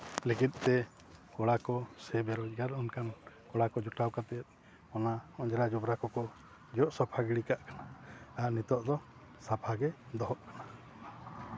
ᱞᱟᱹᱜᱤᱫᱛᱮ ᱠᱚᱲᱟ ᱠᱚ ᱥᱮ ᱵᱮᱼᱨᱳᱡᱽᱜᱟᱨ ᱚᱱᱠᱟᱱ ᱠᱚᱲᱟ ᱠᱚ ᱡᱚᱴᱟᱣ ᱠᱟᱛᱮ ᱚᱱᱟ ᱚᱡᱽᱨᱟ ᱡᱚᱵᱽᱨᱟ ᱠᱚᱠᱚ ᱡᱚᱜ ᱥᱟᱯᱷᱟ ᱜᱤᱲᱤ ᱠᱟᱜ ᱠᱟᱱᱟ ᱟᱨ ᱱᱤᱛᱚᱜ ᱫᱚ ᱥᱟᱯᱷᱟ ᱜᱮ ᱫᱚᱦᱚᱜ ᱠᱟᱱᱟ